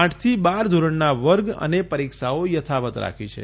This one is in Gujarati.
આઠથી બાર ધોરણના વર્ગ અને પરીક્ષાઓ યથાવત રાખી છે